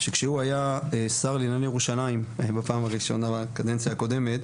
שכשהוא היה שר לענייני ירושלים בפעם הראשונה בקדנציה הקודמת,